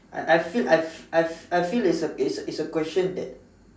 I I feel I I feel its a it's a question that